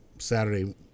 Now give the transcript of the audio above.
saturday